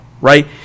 right